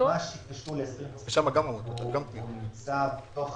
מה שקשור ל-2020 נמצא בתוך